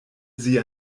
sie